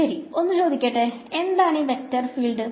ശെരി ഒന്ന് ചോദിക്കട്ടെ എന്താണ് ഈൌ വെക്ടർ ഫീൽഡ്